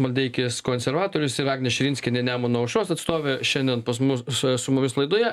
maldeikis konservatorius ir agnė širinskienė nemuno aušros atstovė šiandien pas mus su mumis laidoje